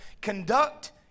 conduct